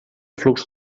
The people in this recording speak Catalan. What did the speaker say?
flux